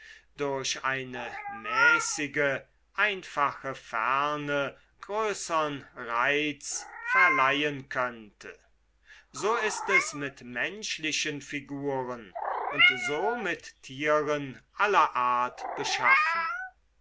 durch eine mäßige einfache ferne größern reiz verleihen könnte so ist es mit menschlichen figuren und so mit tieren aller art beschaffen